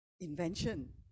invention